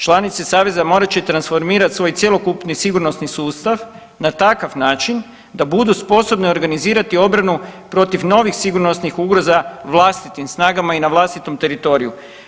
Članice saveza morat će transformirat svoj cjelokupini sigurnosni sustav na takav način da budu sposobne organizirati obranu protiv novih sigurnosnih ugroza vlastitim snagama i na vlastitom teritoriju.